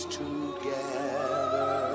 together